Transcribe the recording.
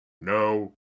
no